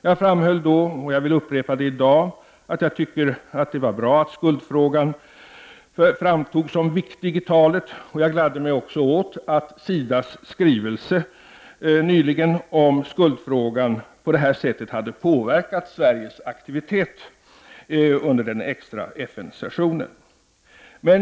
Jag framhöll då, och upprepar det i dag, att jag tycker att det var bra att skuldfrågan framhölls som viktig i talet, och jag gladde mig också åt att SI DAS skrivelse som nyligen utarbetats på detta sätt påverkade Sveriges aktivitet under den extra FN-sessionen.